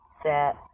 set